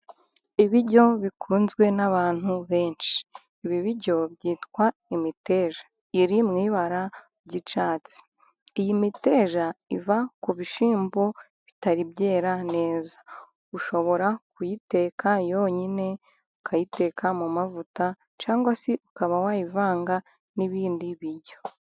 Ibiryo bikunzwe n'abantu benshi, ibi biryo byitwa imiteja iri mu ibara ry' icyatsi. Iyi miteja iva ku bishyimbo bitari byera neza, ushobora kuyiteka yonyine, ukayiteka mu mavuta, cyangwa se ukaba wayivanga n'ibindi biryo.